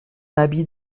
habit